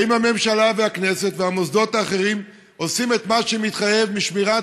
האם הממשלה והכנסת והמוסדות האחרים עושים את מה שמתחייב משמירת